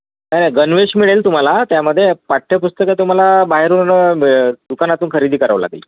नाही नाही गणवेश मिळेल तुम्हाला त्यामध्ये पाठ्यपुस्तकं तुम्हाला बाहेरून दुकानातून खरेदी करावं लागेल